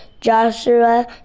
Joshua